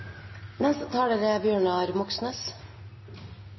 Neste taler er